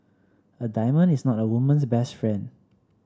a diamond is not a woman's best friend